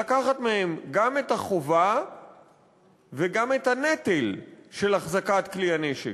לקחת מהם גם את החובה וגם את הנטל של אחזקת כלי הנשק.